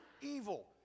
evil